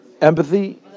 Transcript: empathy